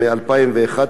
מ-2011,